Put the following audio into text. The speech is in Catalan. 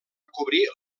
cobrir